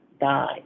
die